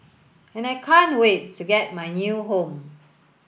and I can't wait to get my new home